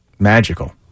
Magical